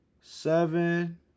Seven